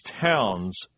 towns